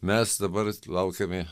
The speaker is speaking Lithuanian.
mes dabar laukiame